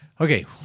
okay